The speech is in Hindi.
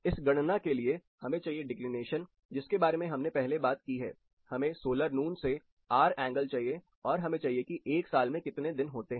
इस गणना के लिए हमें चाहिए डिक्लिनेशन जिसके बारे में हमने पहले बात की है हमें सोलर नून से आर एंगल चाहिए और हमें चाहिए की 1 साल में कितने दिन होते हैं